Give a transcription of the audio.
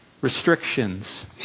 restrictions